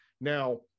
Now